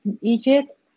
Egypt